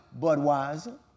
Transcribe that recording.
Budweiser